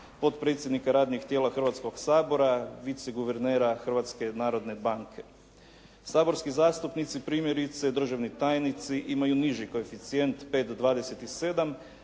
potpredsjednika radnih tijela Hrvatskog sabora, viceguvernera Hrvatske narodne banke. Saborski zastupnici primjerice, državni tajnici imaju niži koeficijent 5,27,